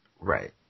Right